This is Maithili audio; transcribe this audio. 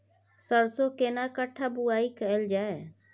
सरसो केना कट्ठा बुआई कैल जाय?